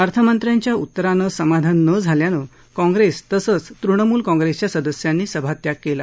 अर्थमंत्र्यांच्या उत्तरानं समाधान न झाल्यानं काँग्रेस तसंच तृणमूल काँग्रेसच्या सदस्यांनी सभात्याग केला